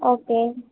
okay